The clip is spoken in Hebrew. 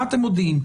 מה אתם מודיעים,